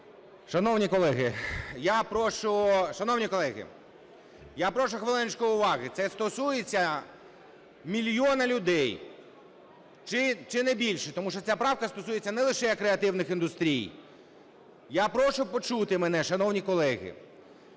Шановні колеги, я прошу хвилиночку уваги. Це стосується мільйона людей чи не більше, тому що ця правка стосується не лише креативних індустрій. Я прошу почути мене, шановні колеги.